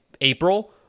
April